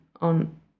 on